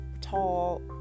tall